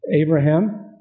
Abraham